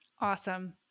Awesome